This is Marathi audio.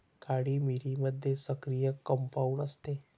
काळी मिरीमध्ये सक्रिय कंपाऊंड असते